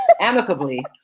Amicably